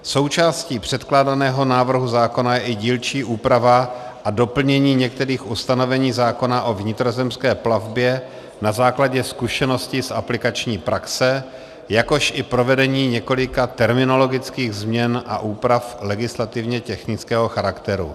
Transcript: Součástí předkládaného návrhu zákona je i dílčí úprava a doplnění některých ustanovení zákona o vnitrozemské plavbě na základě zkušeností z aplikační praxe, jakož i provedení několika terminologických změn a úprav legislativně technického charakteru.